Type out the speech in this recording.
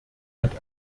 hat